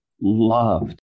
loved